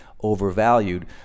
overvalued